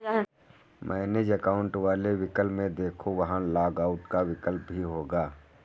manage account वाले विकल्प में देखो, वहां लॉग आउट का विकल्प भी होगा